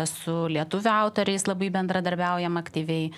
su lietuvių autoriais labai bendradarbiaujam aktyviai